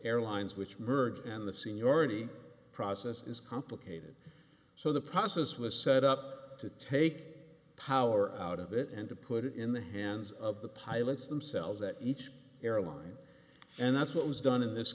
airlines which merge and the seniority process is complicated so the process was set up to take power out of it and to in the hands of the pilots themselves at each airline and that's what was done in this